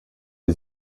die